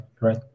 Right